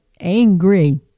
angry